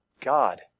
God